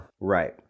right